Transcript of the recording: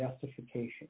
justification